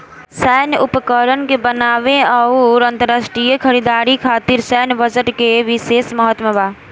सैन्य उपकरण के बनावे आउर अंतरराष्ट्रीय खरीदारी खातिर सैन्य बजट के बिशेस महत्व बा